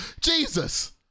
Jesus